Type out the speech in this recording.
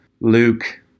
Luke